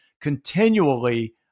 continually